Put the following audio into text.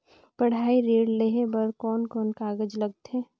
पढ़ाई ऋण लेहे बार कोन कोन कागज लगथे?